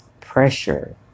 pressure